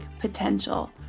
potential